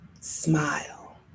Smile